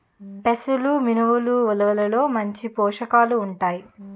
పెసలు మినుములు ఉలవల్లో మంచి పోషకాలు ఉంటాయి